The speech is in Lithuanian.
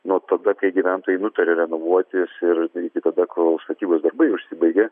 nuo tada kai gyventojai nutaria renovuoti ir iki tada kol statybos darbai užsibaigia